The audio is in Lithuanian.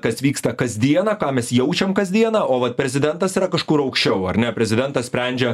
kas vyksta kasdieną ką mes jaučiam kasdieną o vat prezidentas yra kažkur aukščiau ar ne prezidentas sprendžia